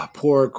poor